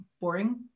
boring